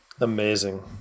Amazing